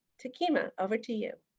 takiema, over to you.